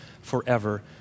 forever